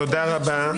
תודה רבה.